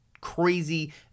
crazy